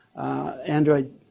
Android